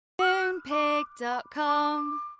Moonpig.com